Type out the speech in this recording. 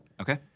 Okay